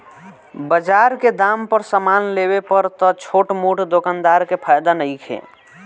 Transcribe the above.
बजार के दाम पर समान लेवे पर त छोट मोट दोकानदार के फायदा नइखे